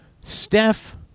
Steph